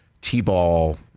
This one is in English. T-ball